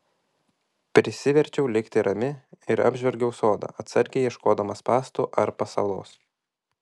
prisiverčiau likti rami ir apžvelgiau sodą atsargiai ieškodama spąstų ar pasalos